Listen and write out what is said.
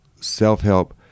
self-help